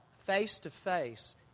face-to-face